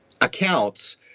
accounts